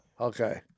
Okay